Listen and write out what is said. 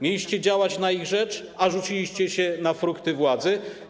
Mieliście działać na ich rzecz, a rzuciliście się na frukty władzy.